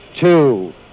two